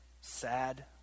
sad